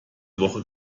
woche